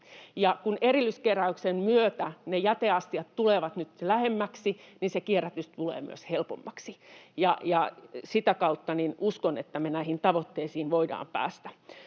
kun erilliskeräyksen myötä ne jäteastiat tulevat nyt lähemmäksi, niin se kierrätys tulee myös helpommaksi, ja uskon, että sitä kautta me näihin tavoitteisiin voidaan päästä.